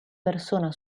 persona